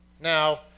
Now